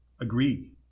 agree